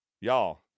Y'all